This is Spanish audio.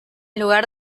lugar